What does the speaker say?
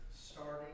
starting